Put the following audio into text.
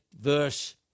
verse